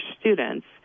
students